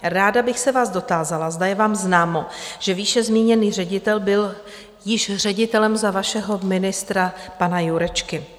Ráda bych se vás dotázala, zda je vám známo, že výše zmíněný ředitel byl ředitelem již za vašeho ministra, pana Jurečky.